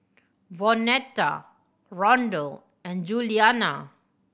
Vonetta Rondal and Julianna